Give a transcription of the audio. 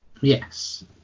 yes